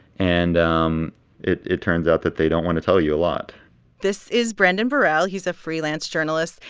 and um it it turns out that they don't want to tell you a lot this is brendan borrell. he's a freelance journalist,